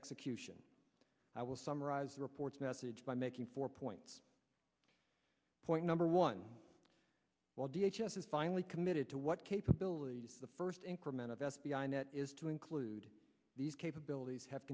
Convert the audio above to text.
execution i will summarize the report's message by making four points point number one while the h s is finally committed to what capabilities the first increment of s d i net is to include these capabilities have